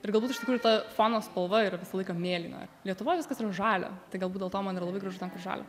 ir galbūt iš tikrųjų ta fono spalva yra visą laiką mėlyna lietuvoj viskas yra žalia tai galbūt dėl to man yra labai gražu ten kur žalia